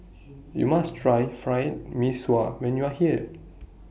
YOU must Try Fried Mee Sua when YOU Are here